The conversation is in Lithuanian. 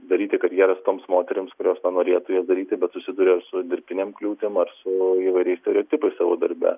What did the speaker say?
daryti karjeras toms moterims kurios tą norėtų jas daryti bet susiduria su dirbtinėm kliūtim ar su įvairiais stereotipais savo darbe